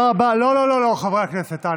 לא לא, חברי הכנסת.